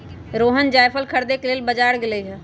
रोहण जाएफल खरीदे के लेल बजार गेलई ह